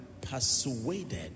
persuaded